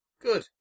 Good